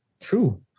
true